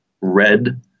red